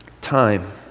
time